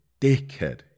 Dickhead